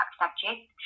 subject